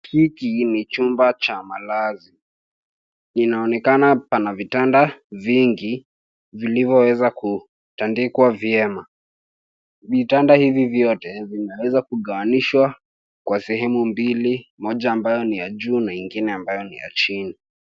Hiki ni chumba cha malazi. Inaonekana pana vitanda vingi vilivyoweza kutandikwa vyema. Vitanda hivi vyote vinaweza kugawanishwa kwa sehemu mbili, moja ambayo ni ya juu na ingine ambayo ni ya chini.